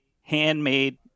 handmade